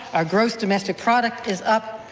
our gross domestic product is up,